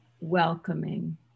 welcoming